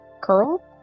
curl